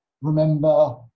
remember